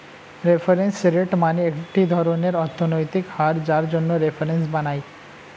reference rate মানে একটি ধরনের অর্থনৈতিক হার যার জন্য রেফারেন্স বানায়